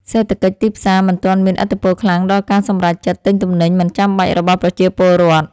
សេដ្ឋកិច្ចទីផ្សារមិនទាន់មានឥទ្ធិពលខ្លាំងដល់ការសម្រេចចិត្តទិញទំនិញមិនចាំបាច់របស់ប្រជាពលរដ្ឋ។